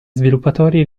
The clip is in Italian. sviluppatori